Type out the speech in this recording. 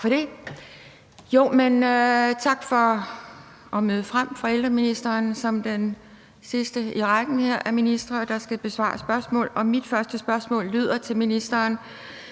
for at møde frem som den sidste i rækken her af ministre, der skal besvare spørgsmål. Og mit første spørgsmål til ministeren